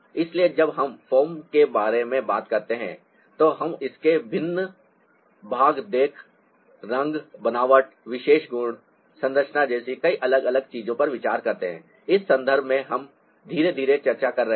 इसलिए जब हम फॉर्म के बारे में बात करते हैं तो हम इसके भिन्न भाग रेखा रंग बनावट विशेष गुण संरचना जैसी कई अलग अलग चीजों पर विचार करते हैं इस संदर्भ में हम धीरे धीरे चर्चा कर रहे हैं